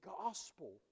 gospel